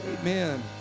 Amen